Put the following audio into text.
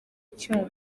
icyuma